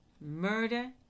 murder